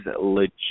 legit